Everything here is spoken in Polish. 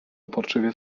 uporczywie